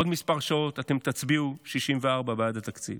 עוד כמה שעות אתם תצביעו, 64, בעד תקציב